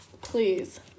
please